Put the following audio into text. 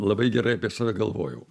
labai gerai apie save galvojau